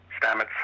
Stamets